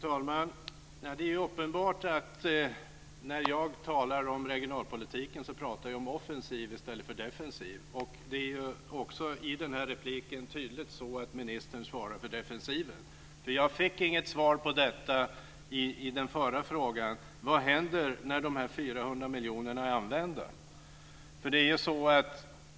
Fru talman! Det är uppenbart att när jag talar om regionalpolitiken pratar jag om offensiv i stället för defensiv. Det är också i den här repliken tydligt att ministern svarar för defensiven. Jag fick nämligen inget svar på min fråga: Vad händer när de här 400 miljonerna är använda?